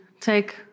take